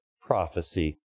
prophecy